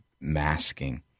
masking